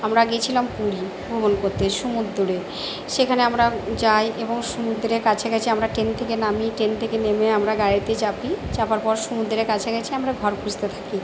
আমরা গিয়েছিলাম পুরী ভ্রমণ করতে সমুদ্রে সেখানে আমরা যাই এবং সমুদ্রের কাছাকাছি আমরা ট্রেন থেকে নামি ট্রেন থেকে নেমে আমরা গাড়িতে চাপি চাপার পর সমুদ্রের কাছাকাছি আমরা ঘর খুঁজতে থাকি